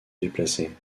déplacer